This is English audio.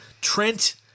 Trent